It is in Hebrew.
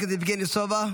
חבר הכנסת יבגני סובה,